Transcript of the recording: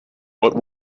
what